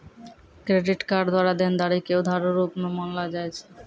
credit द्वारा देनदारी के उधारो रूप मे मानलो जाय छै